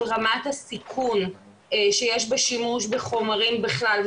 רמת הסיכון שיש בשימוש בחומרים בכלל,